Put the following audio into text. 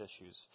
issues